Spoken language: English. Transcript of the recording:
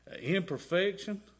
imperfection